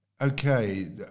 Okay